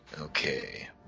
Okay